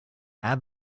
add